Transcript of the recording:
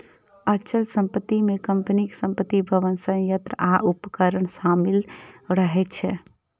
अचल संपत्ति मे कंपनीक संपत्ति, भवन, संयंत्र आ उपकरण शामिल रहै छै